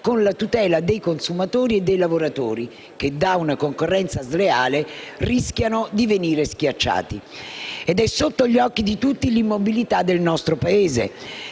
con la tutela dei consumatori e dei lavoratori che da una concorrenza sleale rischiano di venire schiacciati. Ed è sotto gli occhi di tutti l'immobilità del nostro Paese.